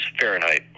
Fahrenheit